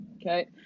Okay